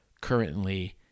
currently